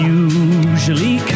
usually